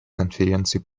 конференции